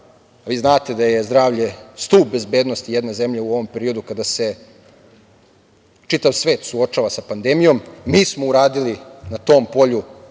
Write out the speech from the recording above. vi znate da je zdravlje stub bezbednosti jedne zemlje u ovom periodu kada se čitav svet suočava sa pandemijom. Mi smo uradili na tom polju